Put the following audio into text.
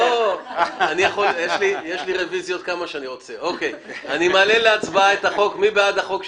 מי בעד?